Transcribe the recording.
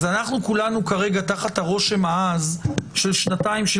כולנו כרגע תחת הרושם העז של שנתיים של